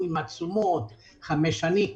חמש שנים,